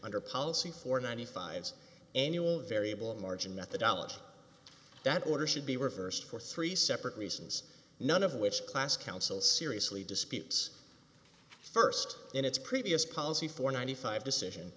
under policy for ninety five annual variable margin methodology that order should be reversed for three separate reasons none of which class council seriously disputes first in its previous policy four ninety five decision